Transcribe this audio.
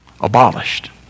abolished